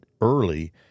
early